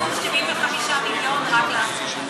נוספו 75 מיליון רק לאחרונה.